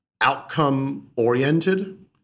outcome-oriented